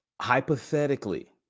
hypothetically